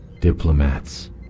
Diplomats